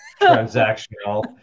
transactional